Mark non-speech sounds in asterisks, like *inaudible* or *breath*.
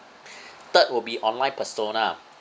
*breath* third will be online persona